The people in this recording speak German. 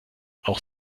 auch